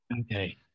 Okay